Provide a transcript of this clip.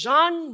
John